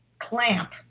clamp